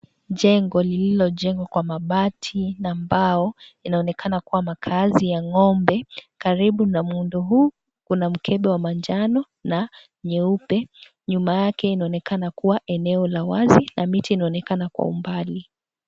Jengo lililojengwa kwa mabati na mbao linaonekana kuwa makaazi ya ng'ombe. Karibu na muundo huu kuna mkembe wa manjano na nyeupe. Nyuma yake inaonekana kuwa eneo la wazi na miti inaonekana kwa mbali.